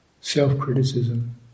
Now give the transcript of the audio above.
self-criticism